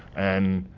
and,